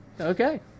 Okay